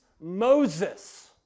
Moses